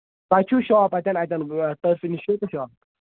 تۄہہِ چھُو شاپ اَتین اَتین ٹٔرفہِ نِش چھُو تۄہہِ شاپ